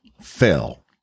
fell